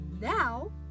now